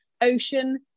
Ocean